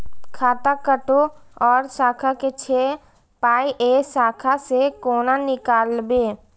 खाता कतौ और शाखा के छै पाय ऐ शाखा से कोना नीकालबै?